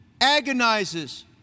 agonizes